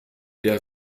der